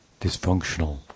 dysfunctional